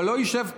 אבל שלא ישב כאן,